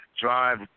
drive